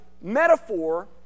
metaphor